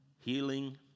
healing